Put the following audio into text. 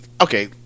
Okay